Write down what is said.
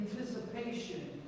anticipation